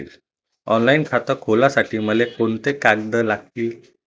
Online खातं खोलासाठी मले कोंते कागद लागतील?